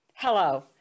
Hello